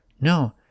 no